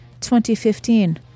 2015